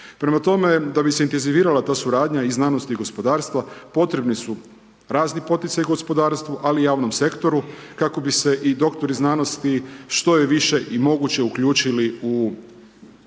Prema tome, da bi se intenzivirala ta suradnja i znanosti i gospodarstva potrebni su razni poticaji u gospodarstvu, ali i u javnom sektoru kako bi se i doktori znanosti što je više i moguće uključili u razvoj